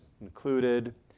included